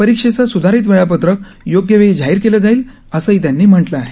परीक्षेचं सुधारीत वेळापत्रक योग्य वेळी जाहीर केलं जाईल असही त्यांनी म्हटलं आहे